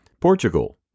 Portugal